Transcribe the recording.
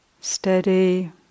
steady